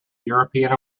european